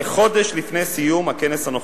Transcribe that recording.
כחודש לפני סיום הכנס הנוכחי.